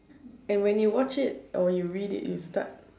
and when you watch it or you read it you start